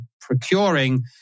procuring